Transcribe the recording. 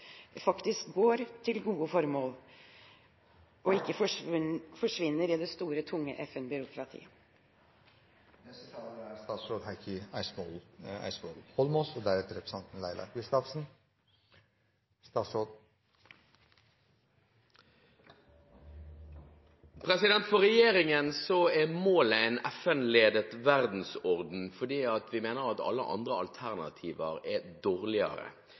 faktisk går til gode formål og ikke forsvinner i det store, tunge FN-byråkratiet. For regjeringen er målet en FN-ledet verdensorden, fordi vi mener at alle andre alternativer er dårligere. Jeg vil gjerne si at fra vårt ståsted betyr det derfor at det å satse på sosiale og økonomiske områder er